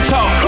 Talk